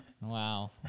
Wow